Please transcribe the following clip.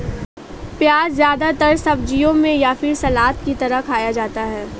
प्याज़ ज्यादातर सब्जियों में या फिर सलाद की तरह खाया जाता है